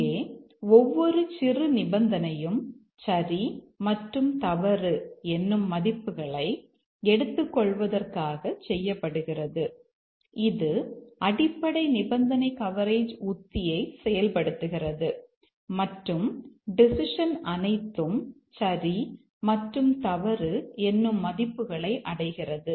இங்கே ஒவ்வொரு சிறு நிபந்தனையும் சரி மற்றும் தவறு என்னும் மதிப்புகளை எடுத்துக்கொள்வதற்காக செய்யப்படுகிறது இது அடிப்படை நிபந்தனை கவரேஜ் உத்தியை செயல்படுத்துகிறது மற்றும் டெசிஷன் அனைத்தும் சரி மற்றும் தவறு என்னும் மதிப்புகளை அடைகிறது